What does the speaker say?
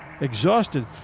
Exhausted